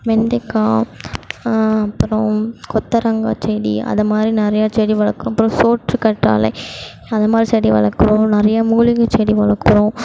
வெண்டைக்கா அப்பறம் கொத்தவரங்கா செடி அது மாதிரி நிறையா செடி வளக்கிறோம் அப்பறம் சோற்றுக் கற்றாழை அது மாதிரி செடி வளக்கிறோம் நிறைய மூலிகை செடி வளக்கிறோம்